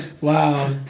Wow